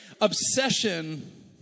obsession